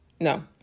no